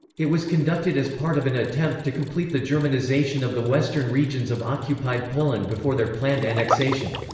it was conducted as part of an attempt to complete the germanization of the western regions of occupied poland before their planned annexation.